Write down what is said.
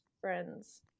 friends